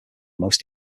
most